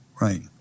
Right